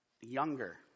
younger